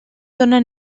dóna